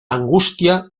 angustia